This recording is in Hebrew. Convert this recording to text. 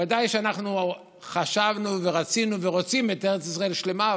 ודאי שאנחנו חשבנו ורצינו ורוצים את ארץ ישראל שלמה,